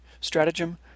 stratagem